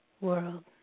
world